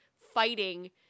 fighting